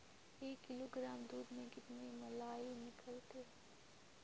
एक किलोग्राम दूध में कते मलाई निकलते?